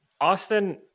Austin